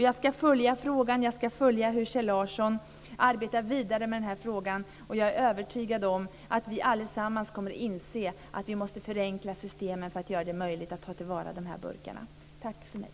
Jag ska följa frågan, jag ska följa hur Kjell Larsson arbetar vidare med frågan. Jag är övertygad om att vi allesammans kommer att inse att vi måste förenkla systemen för att göra det möjligt att ta till vara de här burkarna. Tack för mig!